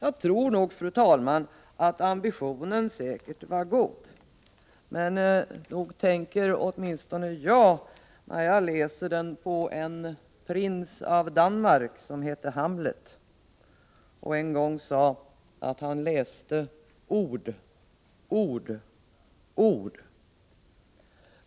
Ambitionen, fru talman, var säkert god, men nog tänker åtminstone jag när jag läser detta på en viss prins av Danmark, nämligen Hamlet, som en gång sade: Ord, ord, ord.